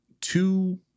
two